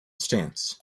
stance